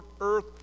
earth